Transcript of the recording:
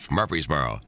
Murfreesboro